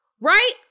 right